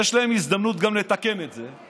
ושיש להם הזדמנות גם לתקן את זה.